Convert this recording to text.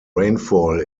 rainfall